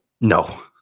no